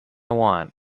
want